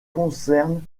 concernent